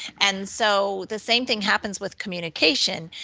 and so the same thing happens with communication,